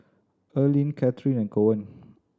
Erling Katheryn and Cohen